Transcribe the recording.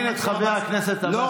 תזמין את חבר הכנסת עבאס לקפה.